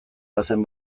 bazen